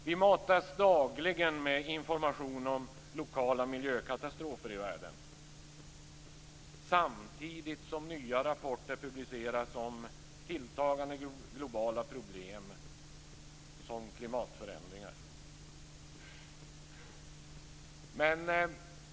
Vi matas dagligen med information om lokala miljökatastrofer i världen samtidigt som nya rapporter publiceras om tilltagande globala problem som klimatförändringar.